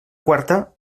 quarta